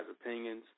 opinions